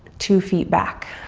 two feet back.